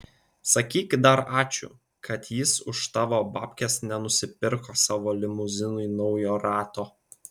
sakyk dar ačiū kad jis už tavo babkes nenusipirko savo limuzinui naujo rato